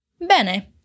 Bene